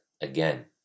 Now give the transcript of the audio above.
again